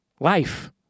Life